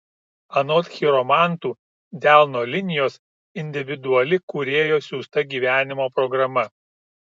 anot chiromantų delno linijos individuali kūrėjo siųsta gyvenimo programa